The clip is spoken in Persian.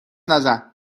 نزن